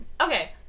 Okay